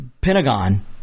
Pentagon